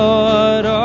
Lord